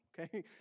okay